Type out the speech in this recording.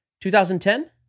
2010